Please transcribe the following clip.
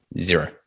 Zero